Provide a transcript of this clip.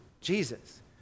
Jesus